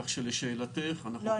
כך שלשאלתך --- לא,